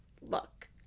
look